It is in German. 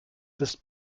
ist